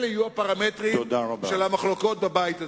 אלה יהיו הפרמטרים של המחלוקות בבית הזה.